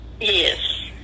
Yes